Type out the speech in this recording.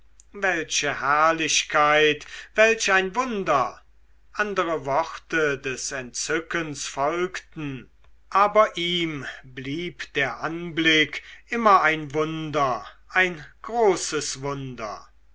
welche herrlichkeit welch ein wunder andere worte des entzückens folgten aber ihm blieb der anblick immer ein wunder ein großes wunder